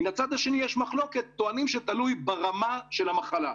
ומן הצד השני יש מחלוקת וטוענים שתלוי ברמה של המחלה.